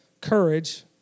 courage